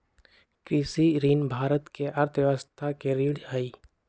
कृषि ऋण भारत के अर्थव्यवस्था के रीढ़ हई